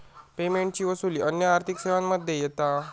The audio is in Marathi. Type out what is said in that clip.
पेमेंटची वसूली अन्य आर्थिक सेवांमध्ये येता